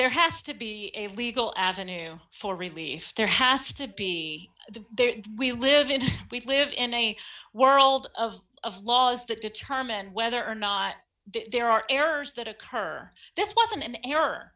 there has to be a legal avenue for relief there has to be we live in we live in a world of of laws that determine whether or not there are errors that occur this wasn't an error